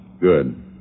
Good